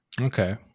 Okay